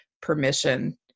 permission